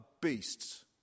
beasts